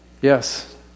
Yes